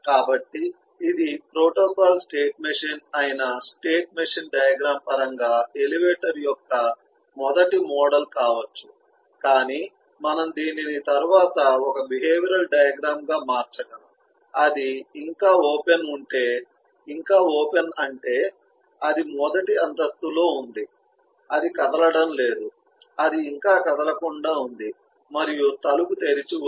కాబట్టి ఇది protocol state machine అయిన స్టేట్ మెషిన్ డయాగ్రమ్ పరంగా ఎలివేటర్ యొక్క మొదటి మోడల్ కావచ్చు కాని మనం దీనిని తరువాత ఒక బిహేవియరల్ డయాగ్రమ్ గా మార్చగలం అది ఇంకా ఓపెన్ ఉంటే ఇంకా ఓపెన్ అంటే అది మొదటి అంతస్తు లో ఉంది అది కదలడం లేదు అది ఇంకా కదలకుండా ఉంది మరియు తలుపు తెరిచి ఉంది